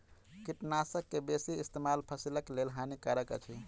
कीटनाशक के बेसी इस्तेमाल फसिलक लेल हानिकारक अछि